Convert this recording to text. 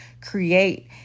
create